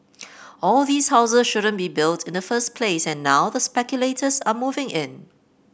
all these house shouldn't been built in the first place and now the speculators are moving in